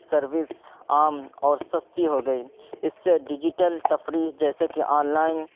service عام اور سستی ہو گئی اس سے ڈیجیٹل تفریح جیسے کہ آن لائن